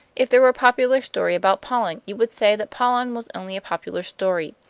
if there were a popular story about pollen, you would say that pollen was only a popular story.